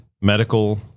medical